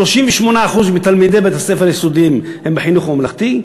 38% מתלמידי בתי-הספר היסודיים הם בחינוך הממלכתי,